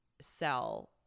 sell